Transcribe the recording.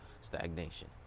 stagnation